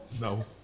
No